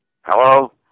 Hello